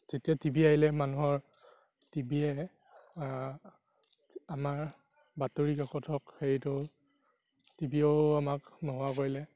যেতিয়া TV আহিলে মানুহৰ টিভিয়ে আমাৰ বাতৰি কাকত হওক হেৰিটো টিভিয়েও আমাক নোহোৱা কৰিলে